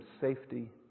safety